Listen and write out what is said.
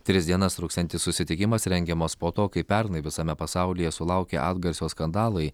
tris dienas truksiantis susitikimas rengiamas po to kai pernai visame pasaulyje sulaukė atgarsio skandalai